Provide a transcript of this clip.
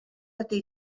ydy